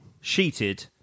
Sheeted